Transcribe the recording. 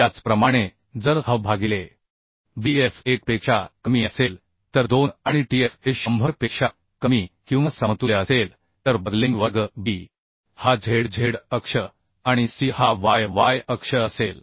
त्याचप्रमाणे जर h भागिले Bf 1 पेक्षा कमी असेल तर 2 आणि Tf हे 100 पेक्षा कमी किंवा समतुल्य असेल तर बकलिंग वर्ग B हा ZZ अक्ष आणि C हा YY अक्ष असेल